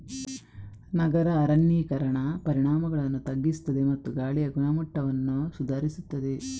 ನಗರ ಅರಣ್ಯೀಕರಣ ಪರಿಣಾಮಗಳನ್ನು ತಗ್ಗಿಸುತ್ತದೆ ಮತ್ತು ಗಾಳಿಯ ಗುಣಮಟ್ಟವನ್ನು ಸುಧಾರಿಸುತ್ತದೆ